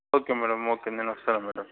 okay madam okay నేను వస్తాను madam